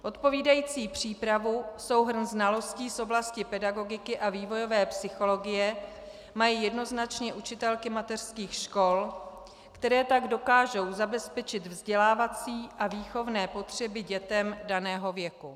Odpovídající přípravu, souhrn znalostí z oblasti pedagogiky a vývojové psychologie mají jednoznačně učitelky mateřských škol, které tak dokážou zabezpečit vzdělávací a výchovné potřeby dětem daného věku.